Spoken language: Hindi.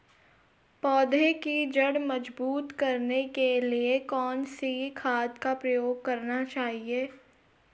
पौधें की जड़ मजबूत करने के लिए कौन सी खाद का प्रयोग करना चाहिए?